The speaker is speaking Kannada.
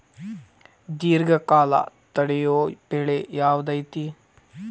ದೇರ್ಘಕಾಲ ತಡಿಯೋ ಬೆಳೆ ಯಾವ್ದು ಐತಿ?